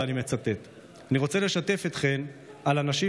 ואני מצטט: "אני רוצה לשתף אתכם על אנשים